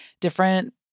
different